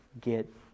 Get